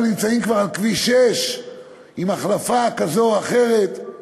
נמצאים כבר על כביש 6 עם החלפה כזאת או אחרת.